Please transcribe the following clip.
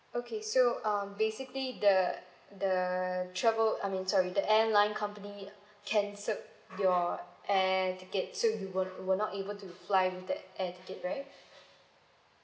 okay so um basically the the travel I mean sorry the airline company cancelled your air tickets so you were were not able to fly with that air ticket right